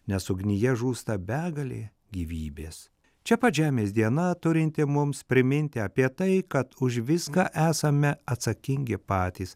nes ugnyje žūsta begalė gyvybės čia pat žemės diena turinti mums priminti apie tai kad už viską esame atsakingi patys